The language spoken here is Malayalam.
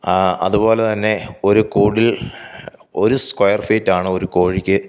അതുപോലെ തന്നെ ഒരു കൂടിൽ ഒരു സ്ക്വയർ ഫീറ്റാണ് ഒരു കോഴിക്ക്